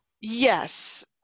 Yes